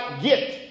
get